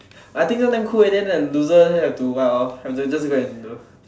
I think this one damn cool eh then the loser have to what hor have to just go and do